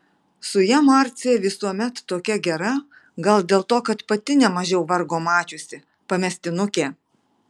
su ja marcė visuomet tokia gera gal dėl to kad pati nemažiau vargo mačiusi pamestinukė